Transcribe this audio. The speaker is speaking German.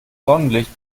sonnenlicht